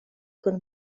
kun